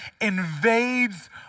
invades